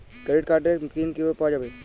Credit কার্ডের pin কিভাবে পাওয়া যাবে?